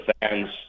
fans